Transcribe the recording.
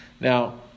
Now